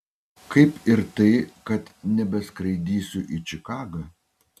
kaip ir tai kad nebeskraidysiu į čikagą